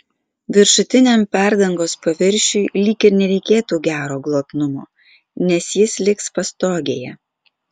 viršutiniam perdangos paviršiui lyg ir nereikėtų gero glotnumo nes jis liks pastogėje